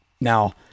Now